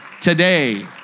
today